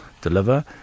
deliver